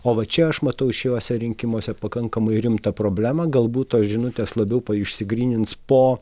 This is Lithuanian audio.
o vat čia aš matau šiuose rinkimuose pakankamai rimtą problemą galbūt tos žinutės labiau išsigrynins po